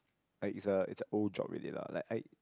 like is a is a old job already lah like I